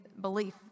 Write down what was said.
belief